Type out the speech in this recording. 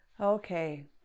okay